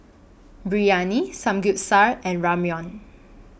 Biryani Samgyeopsal and Ramyeon